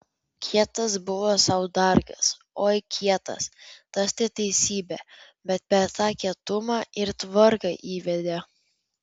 kietas buvo saudargas oi kietas tas tai teisybė bet per tą kietumą ir tvarką įvedė